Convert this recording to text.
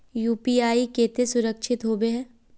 UPI केते सुरक्षित होबे है?